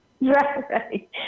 Right